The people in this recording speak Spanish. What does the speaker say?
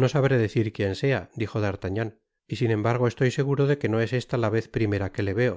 no sabré decir quien sea dijo d'artagnan y sin embargo estoy seguro de que no es esta la vez primera que le veo